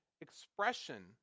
expression